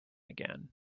again